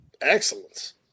excellence